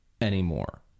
anymore